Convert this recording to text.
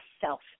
self